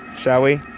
shall we?